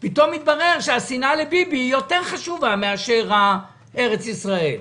ופתאום התברר שהשנאה לביבי יותר חשובה מאשר ארץ ישראל.